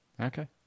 Okay